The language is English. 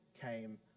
came